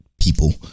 people